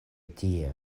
tie